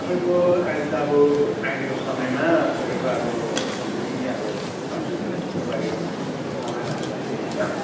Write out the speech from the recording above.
तपाईँको अहिले त अब अहिलेको समयमा तपाईँको अब कम से कम नि अब पाँच सौ रुपियाँ त हुनुपर्यो महँगाइअनुलारले होइन